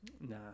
Nah